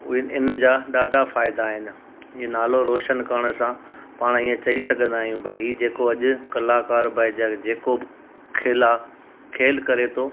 उहे इन जा ॾाढा फ़ाइदा आहिनि हीअ नालो रोशन करण सां पाण ईअं चई सघंदा आहियूं भाई हीअ जेको अॼु कलाकार भाई जेको बि खेल आहे खेल करे थो